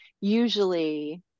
usually